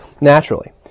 naturally